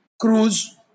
cruise